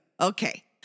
Okay